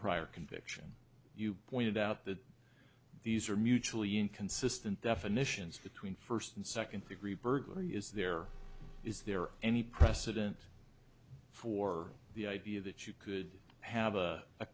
prior conviction you pointed out that these are mutually inconsistent definitions between first and second degree burglary is there is there any precedent for the idea that you could have a a